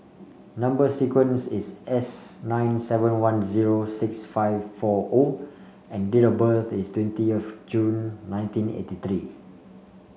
number sequence is S nine seven one zero six five four O and date of birth is twenty of June nineteen eighty three